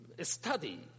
study